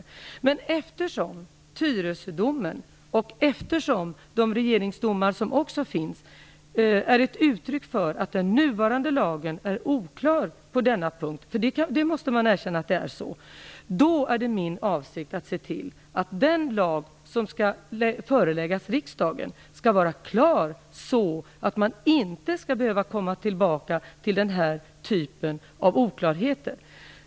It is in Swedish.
Men eftersom Tyresödomen och även de regeringsrättsdomar som finns är uttryck för att den nuvarande lagen är oklar på denna punkt - och det måste man erkänna - är det min avsikt att se till att den lag som skall föreläggas riksdagen skall vara sådan att man inte behöver komma tillbaka till den här typen av oklarheter.